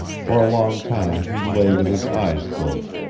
for a long time he lay with his eyes closed,